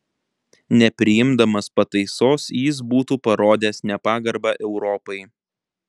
nepriimdamas pataisos jis būtų parodęs nepagarbą europai